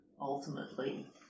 ultimately